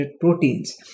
proteins